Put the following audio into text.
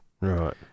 Right